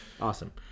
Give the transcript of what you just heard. Awesome